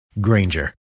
Granger